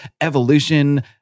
evolution